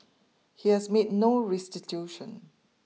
he has made no restitution